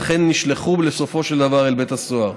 ולכן נשלחו בסופו של דבר אל בית הסוהר.